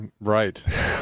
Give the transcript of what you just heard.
Right